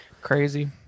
Crazy